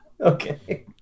Okay